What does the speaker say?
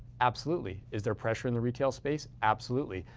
absolutely. is there pressure in the retail space? absolutely.